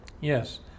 Yes